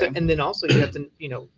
and then also you have to, you know,